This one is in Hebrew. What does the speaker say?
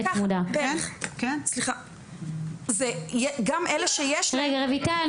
צמודה.) גם אלה שיש להם --- (אומרת דברים בשפת הסימנים,